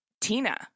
Tina